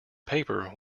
paper